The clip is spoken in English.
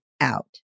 out